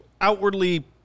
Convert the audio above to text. outwardly